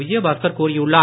விஜயபாஸ்கர் கூறியுள்ளார்